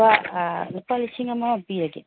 ꯂꯨꯄꯥ ꯂꯨꯄꯥ ꯂꯤꯁꯤꯡ ꯑꯃ ꯄꯤꯔꯒꯦ